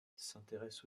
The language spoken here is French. s’intéresse